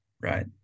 Right